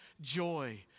joy